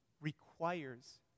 requires